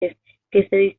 distribuyen